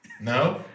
No